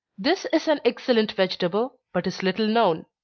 this is an excellent vegetable, but is little known.